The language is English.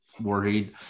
worried